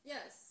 Yes